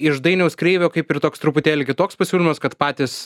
iš dainiaus kreivio kaip ir toks truputėlį kitoks pasiūlymas kad patys